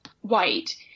white—